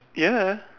ya